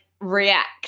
react